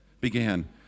began